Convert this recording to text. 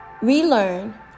relearn